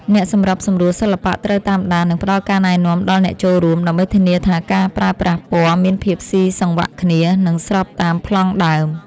អ្នកសម្របសម្រួលសិល្បៈត្រូវតាមដាន និងផ្ដល់ការណែនាំដល់អ្នកចូលរួម ដើម្បីធានាថាការប្រើប្រាស់ពណ៌មានភាពស៊ីសង្វាក់គ្នា និងស្របតាមប្លង់ដើម។